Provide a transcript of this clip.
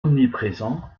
omniprésent